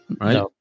right